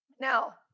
Now